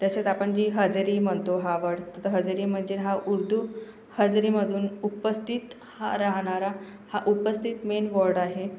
तसेच आपण जी हजेरी म्हणतो हा वर्ड तर हजेरी म्हणजे हा उर्दू हजेरीमधून उपस्थित हा राहणारा हा उपस्थित मेन वर्ड आहे